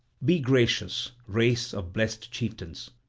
be gracious, race of blessed chieftains!